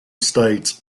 states